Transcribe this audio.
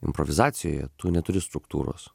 improvizacijoje tu neturi struktūros